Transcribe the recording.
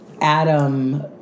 Adam